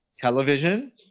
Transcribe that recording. television